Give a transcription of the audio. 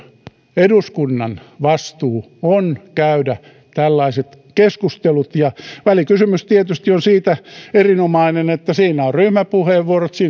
eduskunnan vastuu on käydä tällaiset keskustelut ja välikysymys tietysti on siitä erinomainen että siinä on ryhmäpuheenvuorot siinä